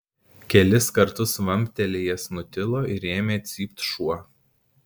kelis kartus vamptelėjęs nutilo ir ėmė cypt šuo